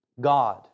God